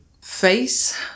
face